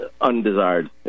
undesired